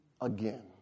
Again